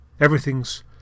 Everything's